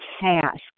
task